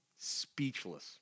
Speechless